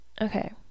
okay